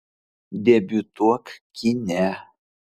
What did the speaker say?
debiutuok kine